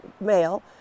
mail